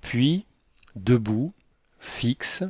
puis debout fixe